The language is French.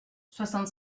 soixante